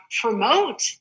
promote